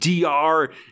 DR